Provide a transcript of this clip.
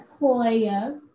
Koya